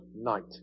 night